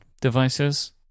devices